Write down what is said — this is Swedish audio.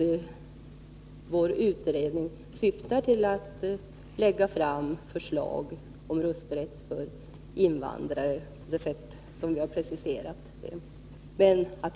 1982 utredning syftar till att lägga fram förslag om rösträtt för invandrare på det = sätt som vi preciserat det.